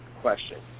question